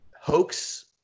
hoax